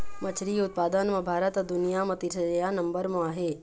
मछरी उत्पादन म भारत ह दुनिया म तीसरइया नंबर म आहे